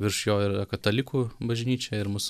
virš jo yra katalikų bažnyčia ir mus